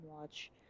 watch